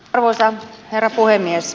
arvoisa herra puhemies